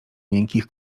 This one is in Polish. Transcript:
miękkich